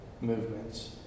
movements